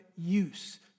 use